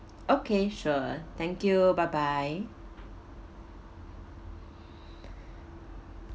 okay sure thank you bye bye